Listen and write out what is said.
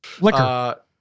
Liquor